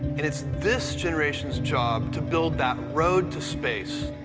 and it's this generation's job to build that road to space,